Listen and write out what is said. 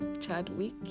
Chadwick